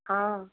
हाँ